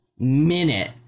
minute